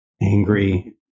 angry